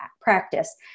practice